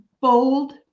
bold